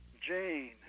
Jane